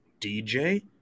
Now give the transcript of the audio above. DJ